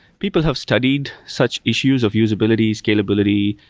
people have studied such issues of usability, scalability,